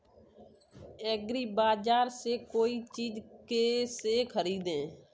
एग्रीबाजार से कोई चीज केसे खरीदें?